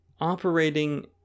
operating